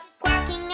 quacking